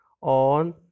on